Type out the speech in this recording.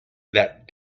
that